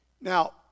Now